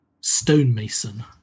stonemason